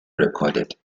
recorded